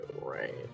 right